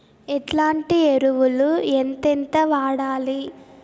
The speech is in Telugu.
ఎట్లాంటి ఎరువులు ఎంతెంత వాడాలి?